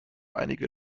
einige